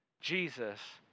Jesus